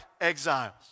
exiles